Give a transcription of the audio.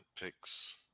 Picks